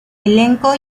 elenco